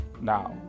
Now